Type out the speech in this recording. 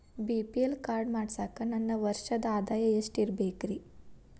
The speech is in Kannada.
ಬಿ.ಪಿ.ಎಲ್ ಕಾರ್ಡ್ ಮಾಡ್ಸಾಕ ನನ್ನ ವರ್ಷದ್ ಆದಾಯ ಎಷ್ಟ ಇರಬೇಕ್ರಿ?